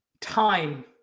time